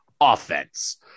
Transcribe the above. offense